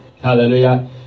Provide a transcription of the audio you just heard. Hallelujah